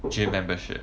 gym membership